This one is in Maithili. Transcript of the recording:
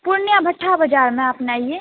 पूर्णियाँ भट्टा बजारमे अपने अइए